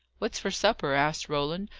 what's for supper? asked roland,